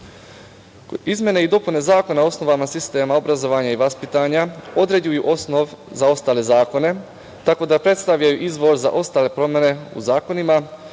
Srbije. Izmene i dopune Zakona o osnovama sistema obrazovanja i vaspitanja određuju osnov za ostale zakone, tako da predstavljaju izvor za ostale promene u zakonima,